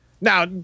Now